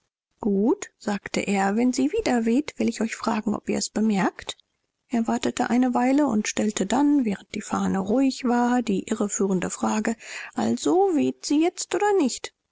gut sagte er wenn sie wieder weht will ich euch fragen ob ihr es bemerkt er wartete eine weile und stellte dann während die fahne ruhig war die irreführende frage also weht sie jetzt oder nicht